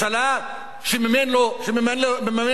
שמממן לו את הבחירות,